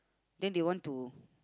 then they want to